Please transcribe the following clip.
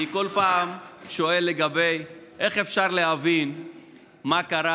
אני כל פעם שואל איך אפשר להבין מה קרה